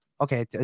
Okay